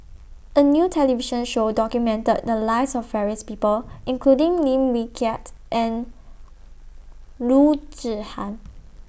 A New television Show documented The Lives of various People including Lim Wee Kiak and Loo Zihan